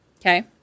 Okay